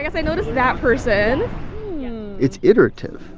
i noticed that person it's iterative.